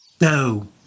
No